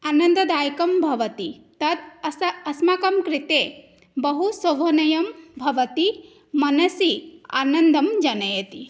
आनन्ददायकं भवति तद् अस्त अस्माकं कृते बहु सोहोनयं भवति मनसि आनन्दं जनयति